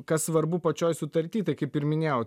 kas svarbu pačioj sutarty tai kaip ir minėjau